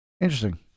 interesting